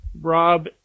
Rob